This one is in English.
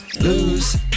Lose